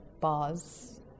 bars